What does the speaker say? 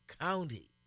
county